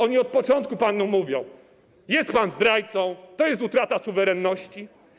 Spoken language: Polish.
Oni od początku panu mówią, że jest pan zdrajcą, że to jest utrata suwerenności.